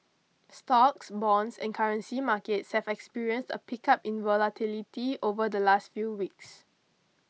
stocks bonds and currency markets have experienced a pickup in volatility over the last few weeks